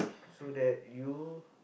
so that you